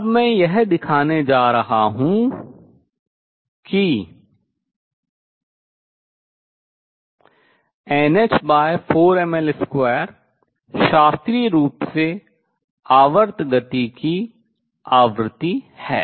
अब मैं यह दिखाने जा रहा हूँ कि nh4ml2 शास्त्रीय रूप से आवर्त गति की आवृत्ति है